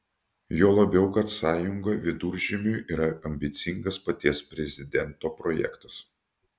juo labiau kad sąjunga viduržemiui yra ambicingas paties prezidento projektas